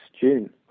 June